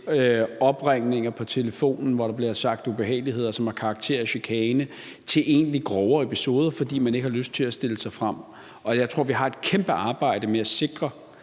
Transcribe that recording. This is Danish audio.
opringninger på telefonen, hvor der bliver sagt ubehageligheder, som har karakter af chikane, til egentlig grovere episoder, fordi man ikke har lyst til at stille sig frem. Jeg tror, vi har et kæmpe arbejde med at sikre,